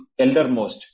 eldermost